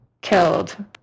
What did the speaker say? killed